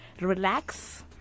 relax